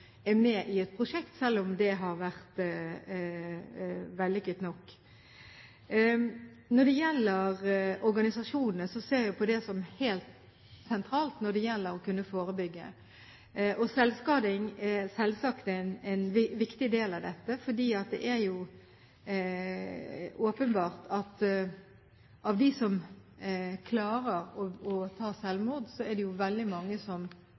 er med i et prosjekt, selv om det har vært vellykket nok. Når det gjelder organisasjonene, ser jeg på dem som helt sentrale når det gjelder å forebygge. Selvskading er selvsagt en viktig del, fordi det er åpenbart at i tillegg til de som klarer å begå selvmord, er det langt, langt flere som har forsøkt. Derfor er også selvskading et viktig tema. Dette berører veldig mange